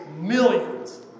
millions